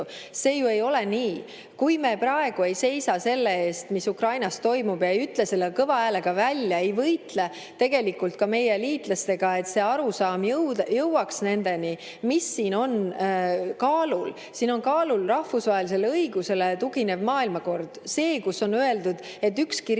See ju ei ole nii. Kui me praegu ei seisa selle eest, mis Ukrainas toimub, ja ei ütle seda kõva häälega välja, ei võitle, tegelikult ka meie liitlastega, et see arusaam jõuaks nendeni ... Mis siin on kaalul? Siin on kaalul rahvusvahelisele õigusele tuginev maailmakord. See, kus on öeldud, et ükski riik ei